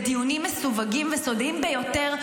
בדיונים מסווגים וסודיים ביותר,